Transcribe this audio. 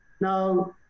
Now